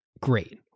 great